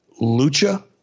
lucha